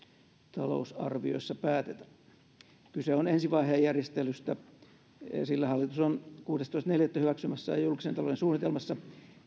talousarvioissa päätetä kyse on ensivaiheen järjestelystä sillä hallitus on kuudestoista neljättä hyväksymässään julkisen talouden suunnitelmassa